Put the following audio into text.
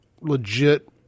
legit